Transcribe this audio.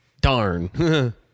Darn